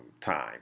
time